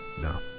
No